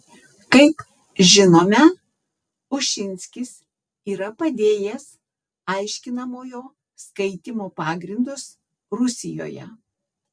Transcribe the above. kaip žinome ušinskis yra padėjęs aiškinamojo skaitymo pagrindus rusijoje